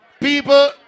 people